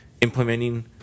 implementing